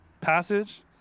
passage